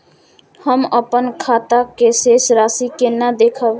हम अपन खाता के शेष राशि केना देखब?